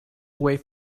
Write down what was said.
wait